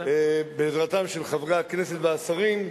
בעזרתם של חברי הכנסת והשרים,